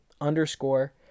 underscore